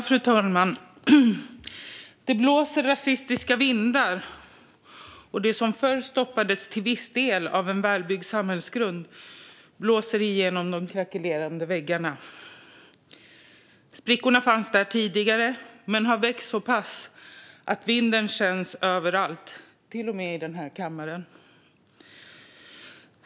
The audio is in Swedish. Fru talman! Det blåser rasistiska vindar, och det som förr stoppades till viss del av en välbyggd samhällsgrund blåser igenom de krackelerande väggarna. Sprickorna fanns där tidigare, men de har vuxit så pass att vinden känns överallt - till och med i den här kammaren.